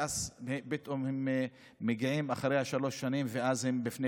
ואז פתאום הם מגיעים אחרי שלוש השנים והם בפני